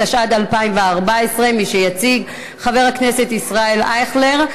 התשע"ד 2014. יציג חבר הכנסת אייכלר.